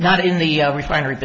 not in the refinery